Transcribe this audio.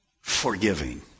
forgiving